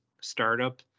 startup